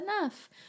enough